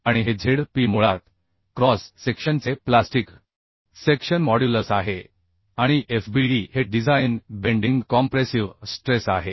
आणि हे Z P मुळात क्रॉस सेक्शनचे प्लास्टिक सेक्शन मॉड्युलस आहे आणि Fbd हे डिझाइन बेंडिंग कॉम्प्रेसिव्ह स्ट्रेस आहे